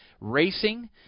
Racing